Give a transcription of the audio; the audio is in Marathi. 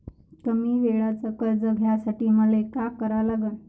कमी वेळेचं कर्ज घ्यासाठी मले का करा लागन?